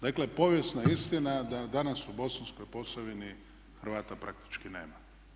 Dakle povijesna je istina da danas u Bosanskoj Posavini Hrvata praktički nema.